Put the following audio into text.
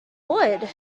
could